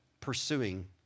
pursuing